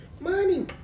Money